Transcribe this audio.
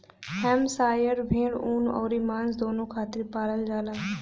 Hampshire भेड़ ऊन अउरी मांस दूनो खातिर पालल जाला